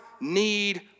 need